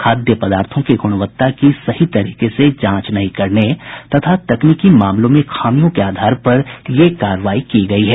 खाद्य पदार्थों की गुणवत्ता की सही तरीके से जांच नहीं करने तथा तकनीकी मामलों में खामियों के आधार पर यह कार्रवाई की गयी है